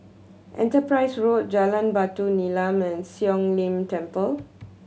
Enterprise Road Jalan Batu Nilam and Siong Lim Temple